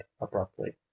abruptly